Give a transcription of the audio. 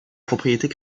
propriétés